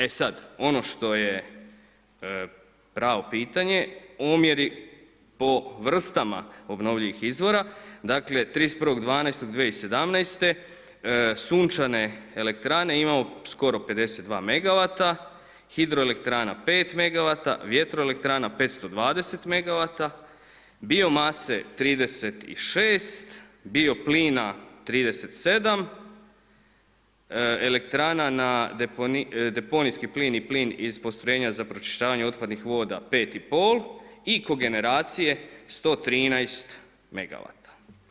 E sad ono što je pravo pitanje, omjeri po vrstama obnovljivih izvora, dakle, 31. 12. 2017. sunčane elektrane imamo skoro 52 megawata, hidroelektrana 5 megawata, vjertroelektrana 520 megawata, biomase 36, bioplina 37, elektrana na deponijski plin i plin iz postrojenja za pročišćavanje otpadnih voda 5 i pol i kogeneracije 113 megawata.